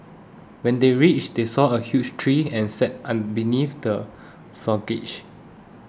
when they reached they saw a huge tree and sat beneath the